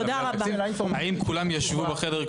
האם כולם ישבו בחדר-